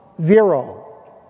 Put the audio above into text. zero